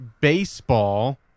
baseball